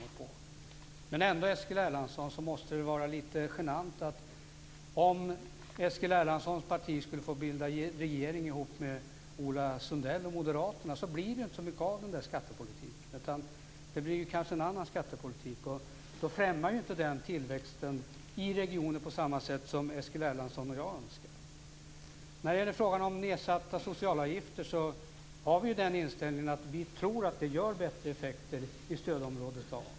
Men det måste ändå, Eskil Erlandsson, vara lite genant att det inte blir så mycket av den där skattepolitiken om Eskil Erlandssons parti skulle få bilda regering ihop med Ola Sundell och Moderaterna. Det blir kanske en annan skattepolitik. Då främjar ju inte den tillväxten i regioner på samma sätt som Eskil Erlandsson och jag önskar. När det gäller frågan om nedsatta socialavgifter har vi inställningen att vi tror att det ger bättre effekter i stödområde A.